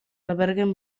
alberguen